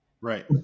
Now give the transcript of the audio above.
Right